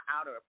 outer